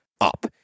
up